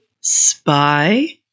spy